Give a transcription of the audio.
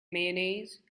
mayonnaise